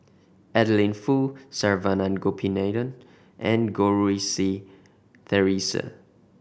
Adeline Foo Saravanan Gopinathan and Goh Rui Si Theresa